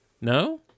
no